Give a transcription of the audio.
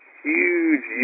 huge